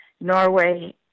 Norway